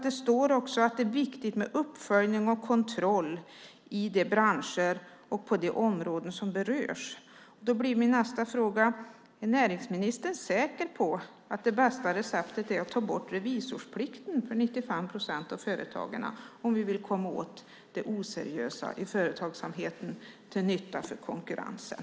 Där står att det är viktigt med uppföljning och kontroll i de branscher och på de områden som berörs. Då blir min nästa fråga: Är näringsministern säker på att det bästa receptet är att ta bort revisorsplikten för 95 procent av företagarna om vi vill komma åt det oseriösa i företagsamheten till nytta för konkurrensen?